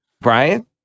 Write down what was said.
Brian